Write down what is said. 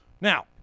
Now